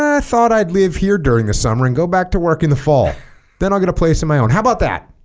i thought i'd live here during the summer and go back to work in the fall then i'll get a place in my own how about that